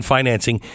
Financing